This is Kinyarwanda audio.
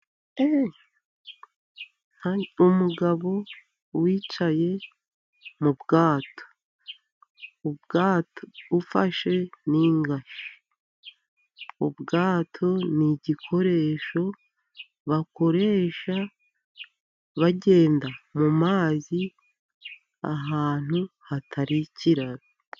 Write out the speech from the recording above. Umugabo wicaye mu bwato ufashe n'ingashya, ubwato n'igikoresho bakoresha bagenda mu mazi ahantu hatari Ikiraro.